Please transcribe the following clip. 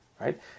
right